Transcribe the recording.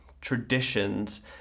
traditions